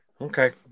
Okay